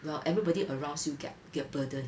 well everybody around you get get burden